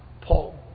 Paul